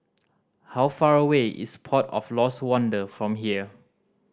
how far away is Port of Lost Wonder from here